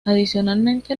adicionalmente